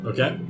Okay